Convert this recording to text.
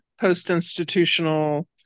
post-institutional